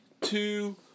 two